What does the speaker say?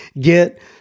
get